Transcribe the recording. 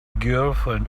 girlfriend